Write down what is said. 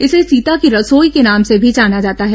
इसे सीता की रसोई के नाम से भी जाना जाता है